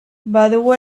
badugu